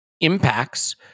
impacts